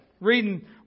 Reading